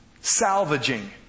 salvaging